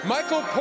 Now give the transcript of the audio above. Michael